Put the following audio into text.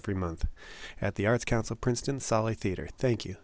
every month at the arts council princeton sali theater thank you